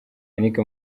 yannick